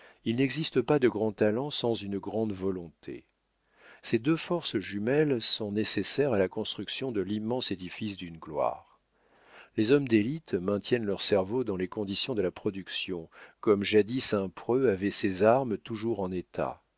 il n'existe pas de grands talents sans une grande volonté ces deux forces jumelles sont nécessaires à la construction de l'immense édifice d'une gloire les hommes d'élite maintiennent leur cerveau dans les conditions de la production comme jadis un preux avait ses armes toujours en état